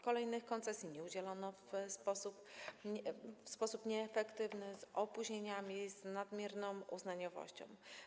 Kolejnych koncesji udzielono w sposób nieefektywny, z opóźnieniami, z nadmierną uznaniowością.